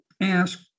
ask